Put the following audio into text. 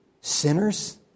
sinners